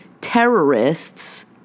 terrorists